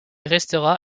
restera